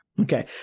Okay